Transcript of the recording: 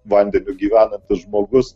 vandeniu gyvenantis žmogus